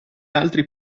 altri